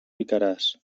picaràs